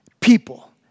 people